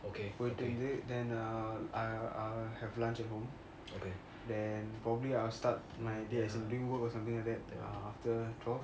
okay போயிடு வந்து:poitu vanthu then err I I I will have lunch at home okay then probably I will start my day as in doing work like after twelve